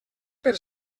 per